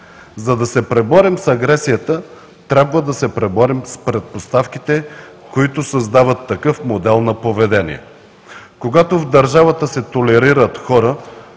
За да се преборим с агресията, трябва да се преборим с предпоставките, които създават такъв модел на поведение. Когато в държавата се толерират хора,